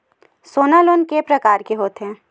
सोना लोन के प्रकार के होथे?